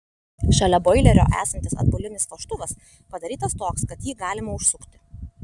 šalia boilerio esantis atbulinis vožtuvas padarytas toks kad jį galima užsukti